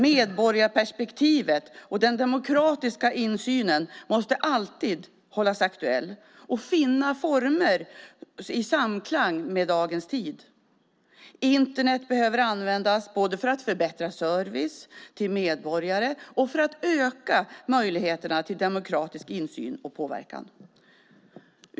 Medborgarperspektivet och den demokratiska insynen måste alltid hållas aktuella och finna former i samklang med tiden. Internet behöver användas både för att förbättra servicen till medborgarna och för att öka möjligheterna till demokratisk insyn och påverkan.